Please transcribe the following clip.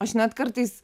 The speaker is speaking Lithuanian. aš net kartais